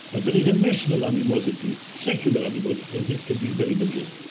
but there is a national animosity, secular animosity, and this can be very dangerous.